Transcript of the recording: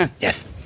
Yes